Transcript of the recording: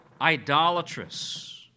idolatrous